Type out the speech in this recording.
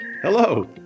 Hello